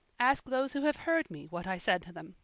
ask those who have heard me what i said to them.